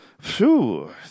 Phew